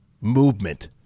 movement